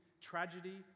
tragedy